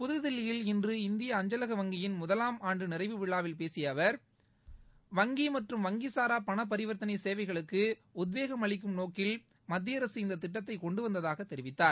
புதுதில்லியில் இன்று இந்திய அஞ்சலக வங்கியின் முதலாம் ஆண்டு நிறைவு விழாவில் பேசிய அமைச்சர் வங்கி மற்றும் வங்கி சாரா பண பரிவர்த்தனை சேவைகளுக்கு உத்வேகம் அளிக்கும் நோக்கில் மத்திய அரசு இந்தத் திட்டத்தை கொண்டு வந்தததாக தெரிவித்தார்